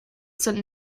sind